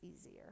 easier